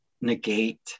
negate